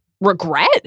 regret